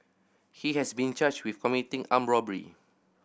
he has been charged with committing armed robbery